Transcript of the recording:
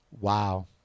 Wow